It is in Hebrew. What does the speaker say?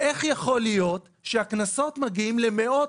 איך יכול להיות שהקנסות מגיעים למאות